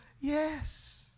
Yes